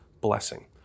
blessing